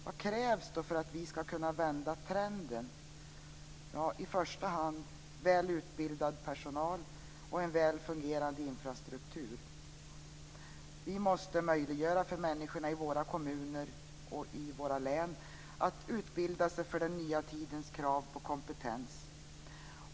Vad krävs då för att vi skall kunna vända trenden? I första hand krävs väl utbildad personal och en väl fungerande infrastruktur. Vi måste möjliggöra för människorna i våra kommuner och i våra län att utbilda sig för den nya tidens krav på kompetens.